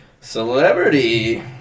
Celebrity